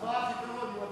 אז מה הפתרון אם אתה